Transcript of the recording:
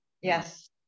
yes